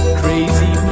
crazy